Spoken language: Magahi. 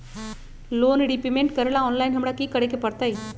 लोन रिपेमेंट करेला ऑनलाइन हमरा की करे के परतई?